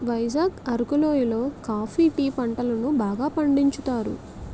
వైజాగ్ అరకు లోయి లో coffee tea పంటలను బాగా పండించుతారు